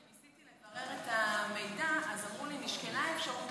כשניסיתי לברר את המידע אז אמרו לי: נשקלה האפשרות